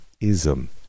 ism